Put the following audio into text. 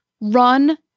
run